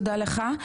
תודה לך,